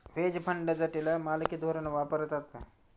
veg fund जटिल मालकी धोरण वापरतात